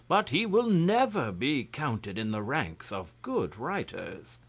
but he will never be counted in the ranks of good writers.